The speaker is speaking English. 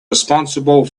responsible